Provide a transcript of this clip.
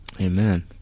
Amen